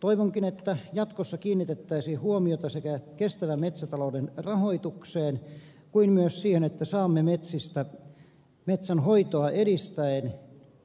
toivonkin että jatkossa kiinnitettäisiin huomiota sekä kestävän metsätalouden rahoitukseen että myös siihen että saamme metsistä metsänhoitoa edistäen